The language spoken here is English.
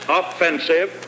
offensive